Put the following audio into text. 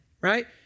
Right